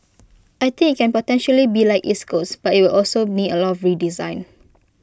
I think IT can potentially be like East Coast but IT will also need A lot of redesign